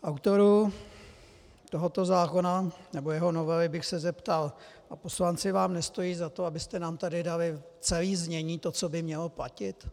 Autorů tohoto zákona nebo jeho novely bych se zeptal: A poslanci vám nestojí za to, abyste nám tady dali celé znění toho, co by mělo platit?